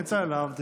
פנית אליו,